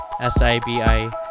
S-I-B-I